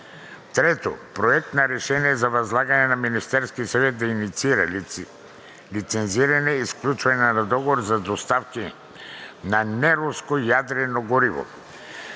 г. 3. Проект на решение за възлагане на Министерския съвет да инициира лицензиране и сключване на договор за доставки на неруско ядрено гориво.